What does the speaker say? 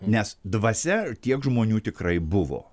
nes dvasia tiek žmonių tikrai buvo